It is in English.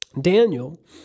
Daniel